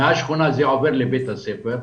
מהשכונה זה עובר לבית הספר,